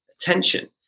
attention